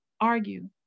argue